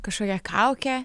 kažkokią kaukę